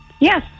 Yes